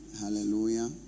Hallelujah